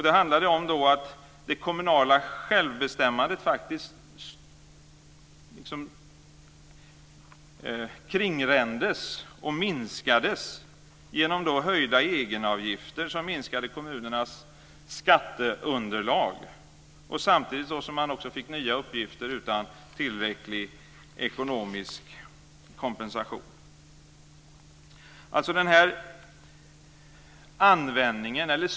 Det handlade då om att det kommunala självbestämmandet faktiskt kringrändes och minskades genom höjda egenavgifter som minskade kommunernas skatteunderlag, samtidigt som man fick nya uppgifter utan tillräcklig ekonomisk kompensation.